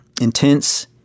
intense